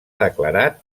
declarat